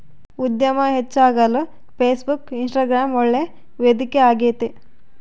ಉದ್ಯಮ ಹೆಚ್ಚಾಗಲು Facebook, Instagram ಒಳ್ಳೆ ವೇದಿಕೆ ಆಗೈತೆ